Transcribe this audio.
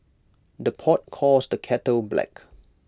the pot calls the kettle black